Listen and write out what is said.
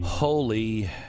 Holy